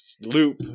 loop